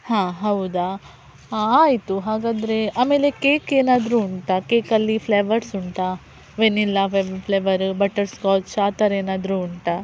ಹಾಂ ಹೌದಾ ಆಯಿತು ಹಾಗಾದರೆ ಆಮೇಲೆ ಕೇಕ್ ಏನಾದರು ಉಂಟಾ ಕೇಕಲ್ಲಿ ಫ್ಲವರ್ಸ್ ಉಂಟಾ ವೆನಿಲಾ ವೆಮ್ ಫ್ಲೇವರು ಬಟರ್ಸ್ಕಾಚ್ ಆ ಥರ ಏನಾದರು ಉಂಟಾ